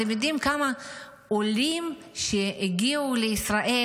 אתם יודעים כמה עולים שהגיעו לישראל,